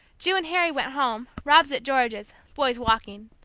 ju and harry went home, rob's at george's, boys walking,